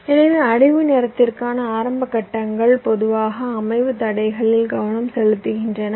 எனவே அடைவு நேரத்திற்கான ஆரம்ப கட்டங்கள் பொதுவாக அமைவு தடைகளில் கவனம் செலுத்துகின்றன